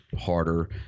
harder